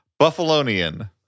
Buffalonian